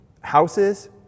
Houses